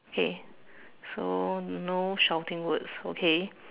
okay so no shouting words okay